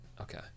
okay